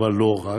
אבל לא רק,